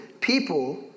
people